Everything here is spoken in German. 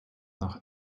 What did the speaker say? nach